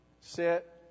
sit